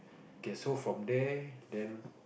okay so from there then